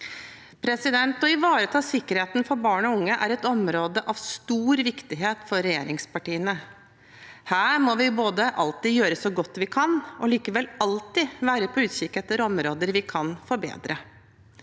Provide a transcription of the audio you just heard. Å ivareta sikkerheten for barn og unge er et område av stor viktighet for regjeringspartiene. Her må vi både alltid gjøre så godt vi kan og likevel alltid være på utkikk etter områder vi kan forbedre.